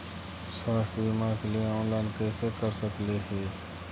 स्वास्थ्य बीमा के लिए ऑनलाइन कैसे कर सकली ही?